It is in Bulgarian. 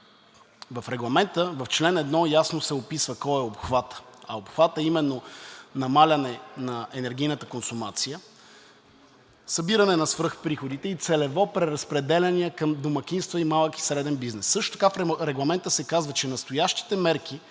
в Регламента в чл. 1 ясно се описва кой е обхватът, а обхватът е именно намаляване на енергийната консумация, събиране на свръхприходите и целево преразпределяне към домакинства и малък и среден бизнес. Също така в Регламента се казва, че настоящите мерки